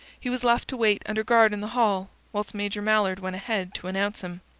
he was left to wait under guard in the hall, whilst major mallard went ahead to announce him.